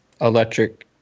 electric